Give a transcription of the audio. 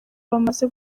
bamaze